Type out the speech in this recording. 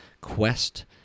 quest